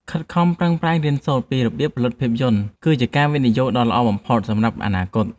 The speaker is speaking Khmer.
ខិតខំប្រឹងប្រែងរៀនសូត្រពីរបៀបផលិតភាពយន្តគឺជាការវិនិយោគដ៏ល្អបំផុតសម្រាប់អនាគត។